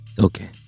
Okay